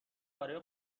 برای